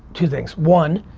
two things. one,